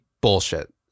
bullshit